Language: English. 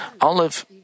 olive